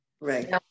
Right